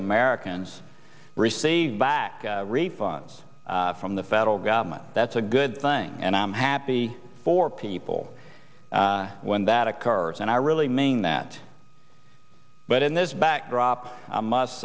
americans receive back refunds from the federal government that's a good thing and i'm happy for people when that occurs and i really mean that but in this backdrop i must